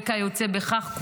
וכיוצא בכך,